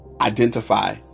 identify